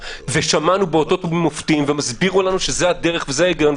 שמענו באותות ובמופתים והם הסבירו לנו שזו הדרך וזה ההיגיון,